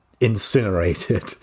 incinerated